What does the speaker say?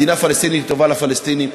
מדינה פלסטינית טובה לפלסטינים,